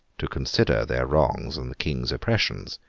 to consider their wrongs and the king's oppressions,